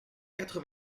quatre